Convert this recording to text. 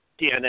DNA